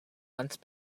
once